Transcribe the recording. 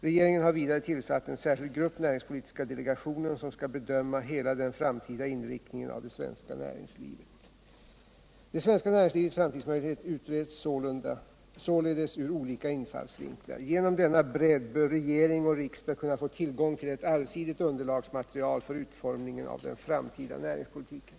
Regeringen har vidare tillsatt en särskild grupp, näringspolitiska delegationen, som skall bedöma hela den framtida inriktningen av det svenska näringslivet. Det svenska näringslivets framtidsmöjligheter utreds således ur olika infallsvinklar. Genom denna bredd bör regering och riksdag kunna få tillgång till ett allsidigt underlagsmaterial för utformningen av den framtida näringspolitiken.